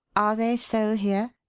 are they so here?